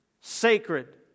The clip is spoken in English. sacred